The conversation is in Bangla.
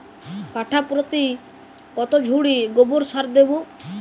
কাঠাপ্রতি কত ঝুড়ি গোবর সার দেবো?